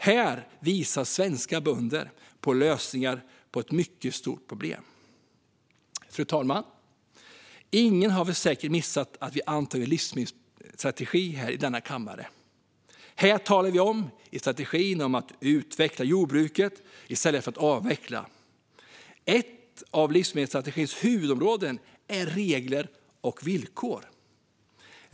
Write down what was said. Här visar svenska bönder på lösningar på ett mycket stort problem. Fru talman! Det är säkert ingen som har missat att vi har antagit en livsmedelsstrategi i denna kammare. I strategin talar vi om att utveckla jordbruket i stället för att avveckla. Ett av livsmedelsstrategins huvudområden är regler och villkor.